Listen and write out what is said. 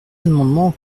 amendement